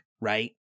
right